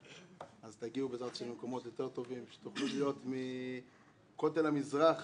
אז תגיעו בעזרת השם למקומות יותר טובים שתוכלו להיות מכותל המזרח